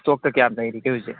ꯏꯁꯇꯣꯛꯇ ꯀꯌꯥꯝ ꯂꯩꯔꯤꯒꯦ ꯍꯧꯖꯤꯛ